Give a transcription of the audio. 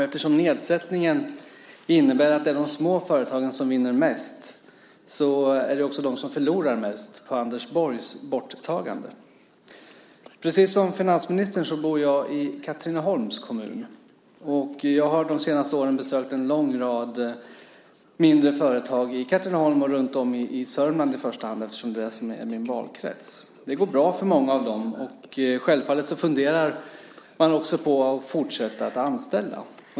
Eftersom nedsättningen innebär att det är de små företagen som vinner mest är det också de som förlorar mest på Anders Borgs borttagande. Precis som finansministern bor jag i Katrineholms kommun. Jag har de senaste åren besökt en lång rad mindre företag i Katrineholm och runtom i Sörmland i första hand, eftersom det är det som är min valkrets. Det går bra för många av dem. Självfallet funderar man på att fortsätta att anställa.